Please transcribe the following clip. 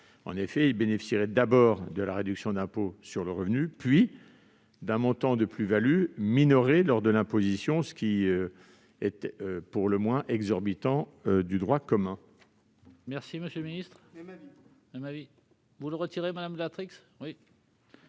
En effet, ils bénéficieraient d'abord de la réduction d'impôt sur le revenu, puis d'un montant de plus-value minoré lors de l'imposition, ce qui serait pour le moins exorbitant du droit commun. C'est pourquoi la commission demande le retrait de cet